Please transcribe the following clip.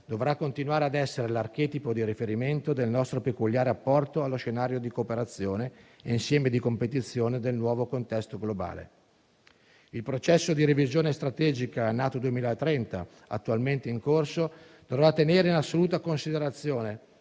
dovrà continuare a essere l'archetipo di riferimento del nostro peculiare apporto allo scenario di cooperazione e insieme di competizione del nuovo contesto globale. Il processo di revisione strategica NATO 2030, attualmente in corso, dovrà tenere in assoluta considerazione